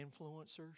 influencers